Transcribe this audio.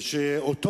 ואותו